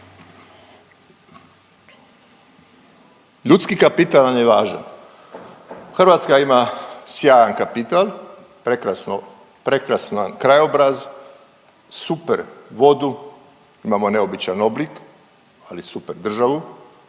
Ljudski kapital nam je važan, Hrvatska ima sjajan kapital, prekrasan krajobraz, super vodu, imamo neobičan oblik, ali super državu,